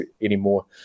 anymore